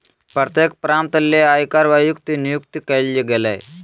प्रत्येक प्रांत ले आयकर आयुक्त नियुक्त कइल गेलय